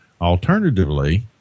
Alternatively